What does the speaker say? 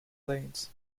lanes